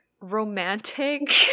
romantic